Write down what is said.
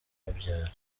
babyara